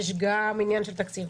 יש גם עניין של תקציב,